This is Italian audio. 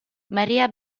maría